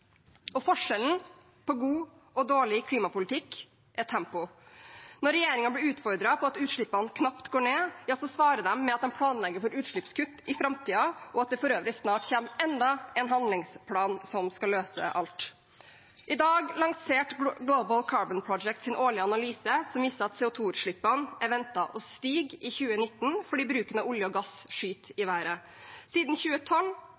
Forskjellen på god og dårlig klimapolitikk er tempoet. Når regjeringen blir utfordret på at utslippene knapt går ned, svarer de med at de planlegger for utslippskutt i framtiden, og at det for øvrig snart kommer enda en handlingsplan som skal løse alt. I dag lanserte Global Carbon Project sin årlige analyse, som viser at CO 2 -utslippene er ventet å stige i 2019 fordi bruken av olje og gass skyter i været. Siden 2012